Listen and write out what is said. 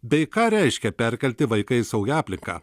bei ką reiškia perkelti vaiką į saugią aplinką